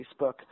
facebook